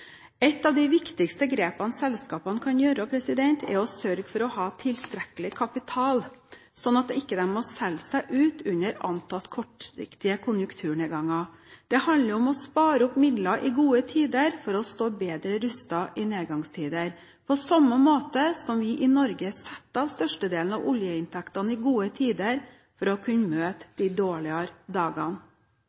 et regelverk som ivaretar stor grad av sikkerhet for kundene. Ett av de viktigste grepene selskapene kan gjøre, er å sørge for å ha tilstrekkelig kapital, slik at de ikke må selge seg ut under antatt kortsiktige konjunkturnedganger. Det handler om å spare opp midler i gode tider for å stå bedre rustet i nedgangstider, på samme måte som vi i Norge setter av størstedelen av oljeinntektene i gode tider for å kunne møte de dårligere dagene.